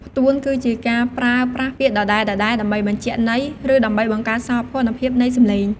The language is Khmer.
ផ្ទួន គឺជាការប្រើប្រាស់ពាក្យដដែលៗដើម្បីបញ្ជាក់ន័យ ឬដើម្បីបង្កើតសោភ័ណភាពនៃសំឡេង។